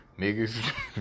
Niggas